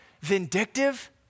vindictive